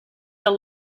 the